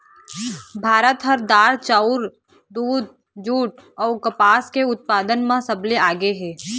भारत ह दार, चाउर, दूद, जूट अऊ कपास के उत्पादन म सबले आगे हे